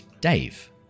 Dave